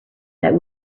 that